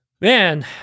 Man